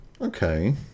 Okay